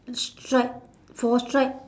stripe four stripe